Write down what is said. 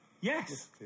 yes